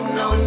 no